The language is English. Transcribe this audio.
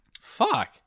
fuck